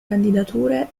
candidature